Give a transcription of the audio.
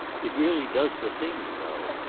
it really does the thing, you know.